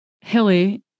Hilly